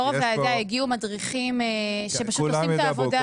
הגיעו מדריכים שפשוט עושים את העבודה הזאת.